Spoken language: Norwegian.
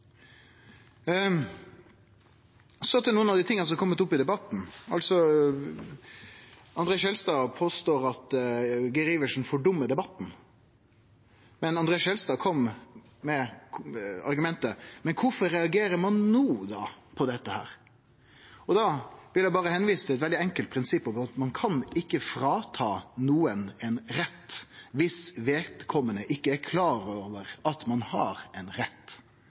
Så til noko av det som er kome i debatten. Representanten André N. Skjelstad påstår at representanten Geir Adelsten Iversen fordummar debatten. Men André N. Skjelstad kom med argumentet: Kvifor reagerer ein på dette no? Da vil eg berre vise til eit veldig enkelt prinsipp om at ein ikkje kan ta frå nokon ein rett dersom den det gjeld, ikkje er klar over at ein har ein rett.